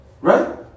Right